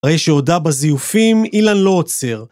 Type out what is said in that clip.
אחרי שעודה בזיופים אילן לא עוצר.